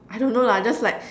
I don't know lah just like